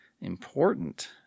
Important